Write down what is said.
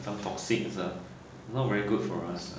some toxins ah not very good for us